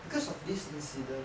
because of this incident